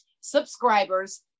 subscribers